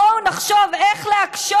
בואו נחשוב איך להקשות.